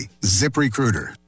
ZipRecruiter